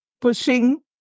pushing